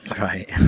right